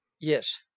Yes